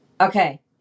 Okay